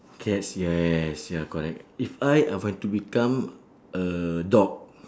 cats yes ya correct if I I want to become a dog